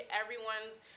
everyone's